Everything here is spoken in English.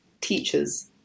Teachers